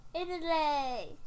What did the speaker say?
Italy